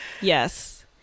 yes